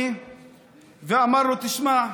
תשמע,